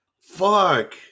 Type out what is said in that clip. Fuck